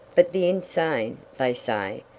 but the insane, they say,